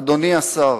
אדוני השר,